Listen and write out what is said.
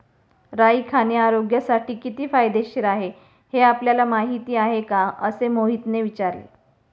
राई खाणे आरोग्यासाठी किती फायदेशीर आहे हे आपल्याला माहिती आहे का? असे मोहितने विचारले